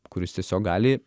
kuris tiesiog gali